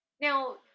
Now